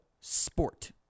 sport